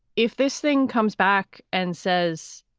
if this thing comes back and says.